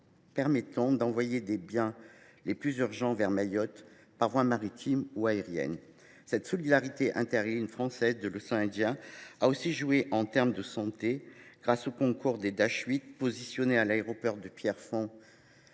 permis d’envoyer les biens les plus urgents vers Mayotte, par voie maritime ou aérienne. Cette solidarité entre les îles françaises de l’océan Indien a aussi joué en matière de santé, grâce au concours des Dash 8 positionnés à l’aéroport de Saint